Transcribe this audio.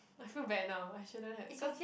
I feel bad now I shouldn't had cause